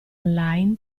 online